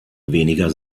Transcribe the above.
weniger